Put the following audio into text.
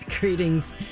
Greetings